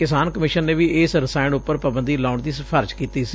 ਕਿਸਾਨ ਕਮਿਸ਼ਨ ਨੇ ਵੀ ਇਸ ਰਸਾਇਣ ਉਪਰ ਪਾਬੰਦੀ ਲਾਉਣ ਦੀ ਸਿਫ਼ਾਰਸ਼ ਕੀਤੀ ਸੀ